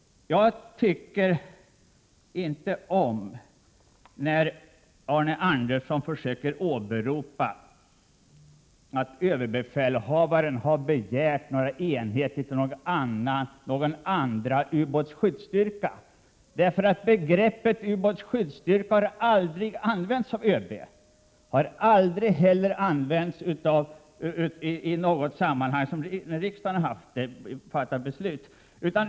Jag måste invända när Arne Andersson åberopar att ÖB har begärt en andra ubåtsskyddsstyrka. Begreppet ubåtsskyddsstyrka har aldrig använts av ÖB.